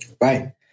Right